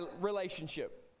relationship